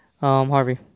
harvey